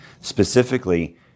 specifically